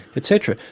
etc,